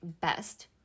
best